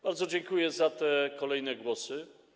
Bardzo dziękuję za kolejne głosy.